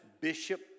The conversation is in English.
bishop